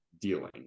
dealing